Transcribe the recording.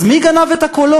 אז מי גנב את הקולות?